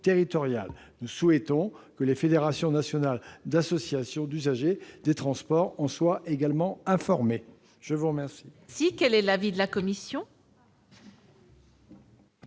Nous souhaitons que les fédérations nationales d'associations d'usagers des transports en soient également informées. Quel